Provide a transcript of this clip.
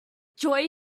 joy